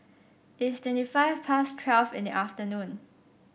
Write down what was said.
its twenty five past twelve in the afternoon